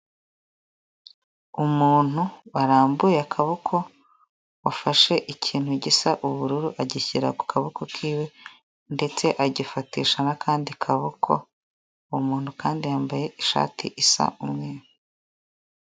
Umuntu warambuye akaboko wafashe ikintu gisa ubururu agishyira ku kaboko kiwe ndetse agifatisha n'akandi kaboko, uwo muntu kandi yambaye ishati isa umweru.